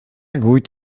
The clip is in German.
gut